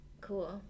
cool